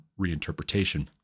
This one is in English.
reinterpretation